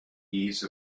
ease